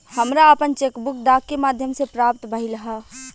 हमरा आपन cheque book डाक के माध्यम से प्राप्त भइल ह